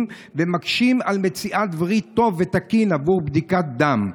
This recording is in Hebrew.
ומקשים על מציאת וריד טוב ותקין עבור בדיקת דם.